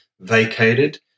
vacated